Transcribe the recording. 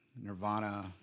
Nirvana